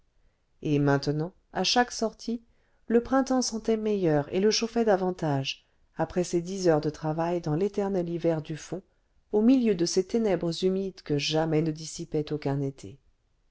et maintenant à chaque sortie le printemps sentait meilleur et le chauffait davantage après ses dix heures de travail dans l'éternel hiver du fond au milieu de ces ténèbres humides que jamais ne dissipait aucun été